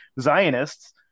Zionists